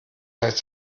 heißt